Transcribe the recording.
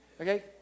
Okay